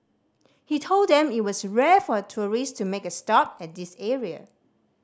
he told them that it was rare for tourist to make a stop at this area